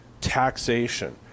taxation